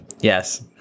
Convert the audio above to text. Yes